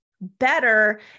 better